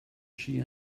she